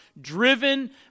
driven